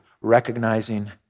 recognizing